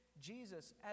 Jesus